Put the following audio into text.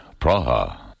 Praha